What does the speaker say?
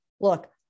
look